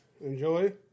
Enjoy